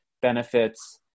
benefits